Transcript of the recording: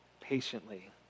patiently